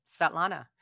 Svetlana